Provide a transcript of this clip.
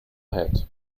had